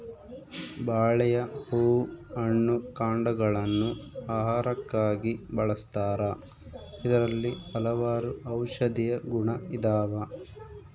ಬಾಳೆಯ ಹೂ ಹಣ್ಣು ಕಾಂಡಗ ಳನ್ನು ಆಹಾರಕ್ಕಾಗಿ ಬಳಸ್ತಾರ ಇದರಲ್ಲಿ ಹಲವಾರು ಔಷದಿಯ ಗುಣ ಇದಾವ